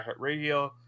iHeartRadio